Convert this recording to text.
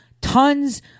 tons